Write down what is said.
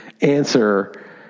answer